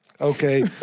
Okay